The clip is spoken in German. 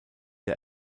der